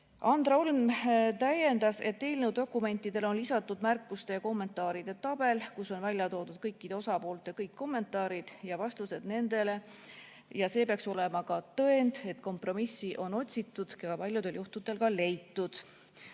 Andra Olm täiendas, et eelnõu dokumentidele on lisatud märkuste ja kommentaaride tabel, kus on välja toodud kõikide osapoolte kõik kommentaarid ja vastused nendele. See peaks olema tõend, et kompromissi on otsitud ja paljudel juhtudel ka leitud. Urve